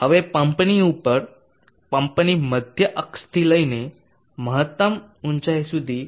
હવે પંપની ઉપર પંપની મધ્ય અક્ષથી લઈને મહત્તમ ઊંચાઇ સુધી